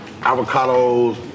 avocados